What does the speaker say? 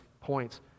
points